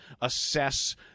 assess